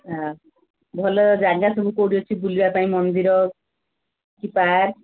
ଆ ଭଲ ଜାଗା ସବୁ କୋଉଠି ଅଛି ବୁଲିଆ ପାଇଁ ମନ୍ଦିର କି ପାର୍କ